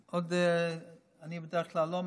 אני בדרך כלל לא מאריך.